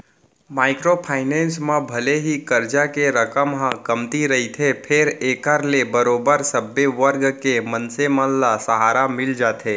micro finance म भले ही करजा के रकम ह कमती रहिथे फेर एखर ले बरोबर सब्बे वर्ग के मनसे मन ल सहारा मिल जाथे